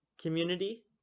community